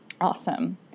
Awesome